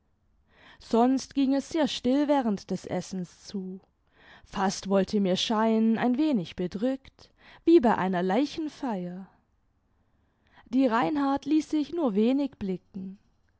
sonst ging es sehr still während des essens zu fast wollte mir scheinen ein wenig bedrückt wie bei einer leichenfeier die reinhard ließ sich nur wenig blicken